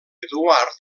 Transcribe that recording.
eduard